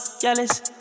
jealous